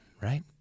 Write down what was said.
right